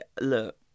look